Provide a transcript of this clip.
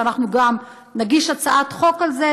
ואנחנו גם נגיש הצעת חוק על זה,